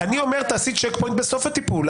אני אומר: תעשי Check Point בסוף הטיפול.